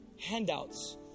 handouts